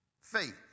faith